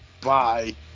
Bye